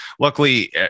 luckily